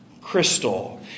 crystal